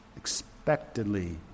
Expectedly